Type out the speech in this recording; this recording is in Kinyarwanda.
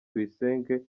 tuyisenge